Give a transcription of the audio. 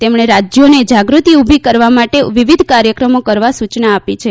તેમણે રાજ્યોને જાગૃતિ ઉલી કરવા માટે વિવિધ કાર્યક્રમો કરવા સૂચના આપી હતી